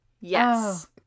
Yes